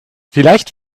vielleicht